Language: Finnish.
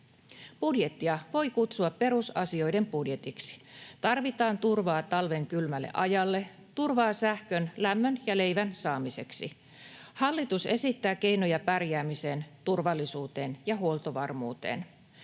Budjettia voi kutsua perusasioiden budjetiksi. Tarvitaan turvaa talven kylmälle ajalle, turvaa sähkön, lämmön ja leivän saamiseksi. Hallitus esittää keinoja pärjäämiseen, turvallisuuteen ja huoltovarmuuteen.